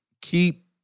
keep